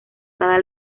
cada